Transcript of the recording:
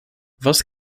was